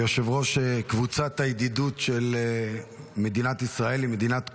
כיושב-ראש קבוצת הידידות של מדינת ישראל עם מדינת קוסובו,